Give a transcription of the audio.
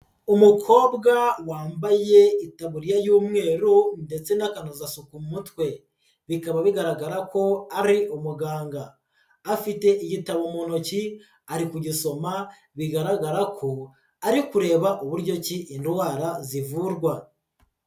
Umukobwa wambaye itaburiya y'umweru ndetse n'akanozasuku mu mutwe bikaba bigaragara ko ari umuganga, afite igitabo mu ntoki ari kugisoma bigaragara ko ari kureba uburyo ki indwara zivurwa.